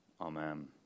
Amen